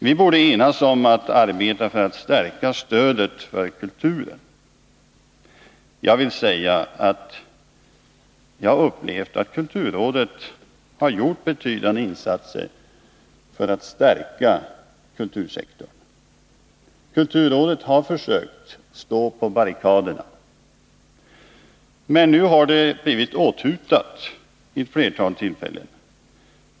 Vi borde enas om att arbeta för att stärka stödet till kulturen, säger utbildningsministern. Jag har upplevt det så att kulturrådet har gjort betydande insatser för att stärka kultursektorn. Kulturrådet har försökt stå på barrikaderna. Men nu har det blivit åthutat vid ett flertal tillfällen.